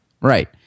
Right